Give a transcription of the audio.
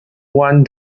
one